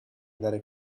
dare